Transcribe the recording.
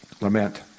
Lament